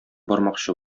бармакчы